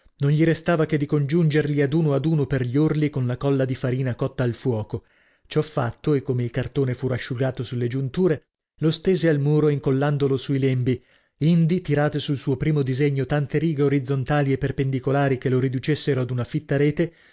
non gli restava che di congiungerli ad uno ad uno per gli orli con la colla di farina cotta al fuoco ciò fatto e come il cartone fu rasciugato sulle giunture lo stese al muro incollandolo sui lembi indi tirate sul suo primo disegno tante righe orizzontali e perpendicolari che lo riducessero ad una fitta rete